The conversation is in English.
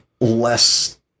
less